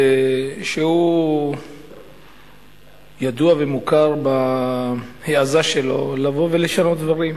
שהוא ידוע ומוכר בהעזה שלו, לבוא ולשנות דברים.